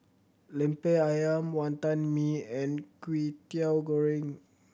Lemper Ayam Wantan Mee and Kwetiau Goreng